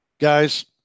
Guys